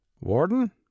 Warden